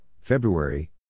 February